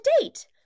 date